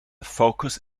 focus